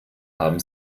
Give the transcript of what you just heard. haben